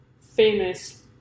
famous